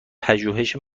پژوهش